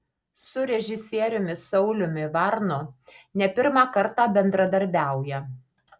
su režisieriumi sauliumi varnu ne pirmą kartą bendradarbiauja